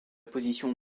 position